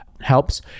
helps